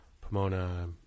Pomona